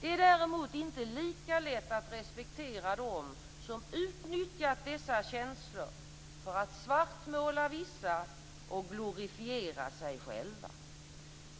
Det är däremot inte lika lätt att respektera dem som utnyttjat dessa känslor för att svartmåla vissa och glorifiera sig själva.